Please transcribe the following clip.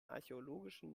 archäologischen